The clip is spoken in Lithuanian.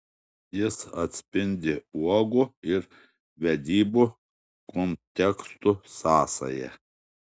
jis atspindi uogų ir vedybų kontekstų sąsają